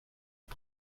aux